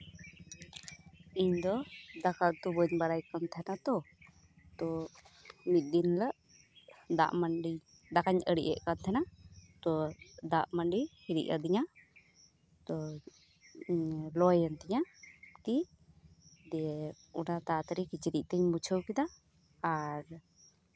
ᱤᱧ ᱫᱚ ᱫᱟᱠᱟ ᱩᱛᱩ ᱵᱟᱹᱧ ᱵᱟᱲᱟᱭ ᱠᱟᱱ ᱛᱟᱦᱮᱸᱫ ᱛᱚ ᱢᱤᱫ ᱫᱤᱱ ᱦᱤᱞᱳᱜ ᱫᱟᱜ ᱢᱟᱹᱰᱤ ᱫᱟᱠᱟᱧ ᱟᱲᱤᱡᱮᱫ ᱠᱟᱱ ᱛᱟᱦᱮᱸᱫᱼᱟ ᱛᱚ ᱫᱟᱜ ᱢᱟᱹᱰᱤ ᱦᱤᱨᱤᱡ ᱟᱹᱫᱤᱧᱟ ᱛᱚ ᱞᱚᱭᱮᱱ ᱛᱤᱧᱟ ᱛᱤ ᱫᱤᱭᱮ ᱚᱱᱟ ᱛᱟᱲᱟᱛᱟᱲᱤ ᱠᱤᱪᱨᱤᱡ ᱛᱤᱧ ᱢᱩᱪᱷᱟᱹᱣ ᱠᱮᱫᱟ ᱟᱨ